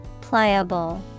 Pliable